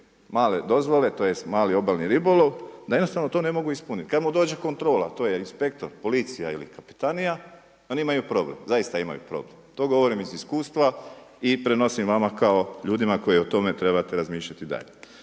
male dozvole tj. mali obalni ribolov da jednostavno to ne mogu ispuniti. Kada mu dođe kontrola, to je inspektor, policija ili kapetanija oni imaju problem, zaista imaju problem. To govorim iz iskustva i prenosim vama kao ljudima koji o tome trebate razmišljati dalje.